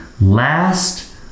last